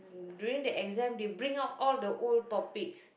during the exam they bring out all the old topics